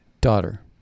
daughter